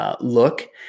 look